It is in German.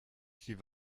sie